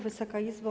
Wysoka Izbo!